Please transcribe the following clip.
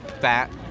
fat